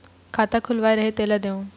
खाता खुलवाय रहे तेला देव?